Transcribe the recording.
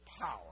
power